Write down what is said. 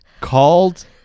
called